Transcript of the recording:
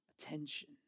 attention